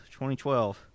2012